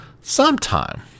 sometime